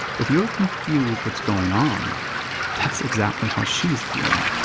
if you're confused what's going on that's exactly how she's feeling.